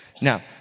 Now